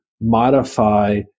modify